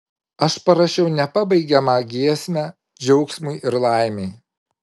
aš parašiau nepabaigiamą giesmę džiaugsmui ir laimei